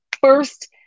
first